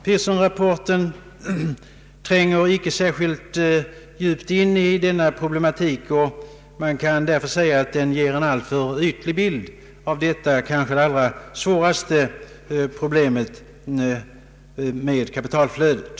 Pearsonrapporten tränger icke särskilt djupt in i denna problematik, och man kan därför säga att den ger en alltför ytlig bild av detta problem — kanske det allra svåraste — i kapitalflödet.